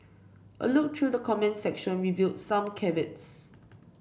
a look through the comments section revealed some caveats